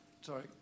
Sorry